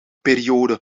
periode